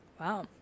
Wow